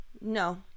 no